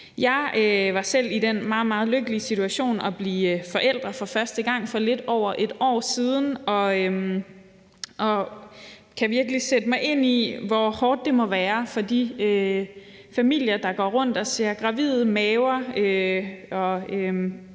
Jeg var selv i den meget, meget lykkelige situation at blive forælder for første gang for lidt over et år siden og kan virkelig sætte mig ind i, hvor hårdt det må være for de familier, der går rundt og ser gravide maver og